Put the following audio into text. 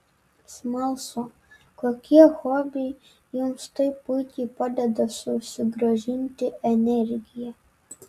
smalsu kokie hobiai jums taip puikiai padeda susigrąžinti energiją